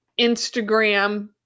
Instagram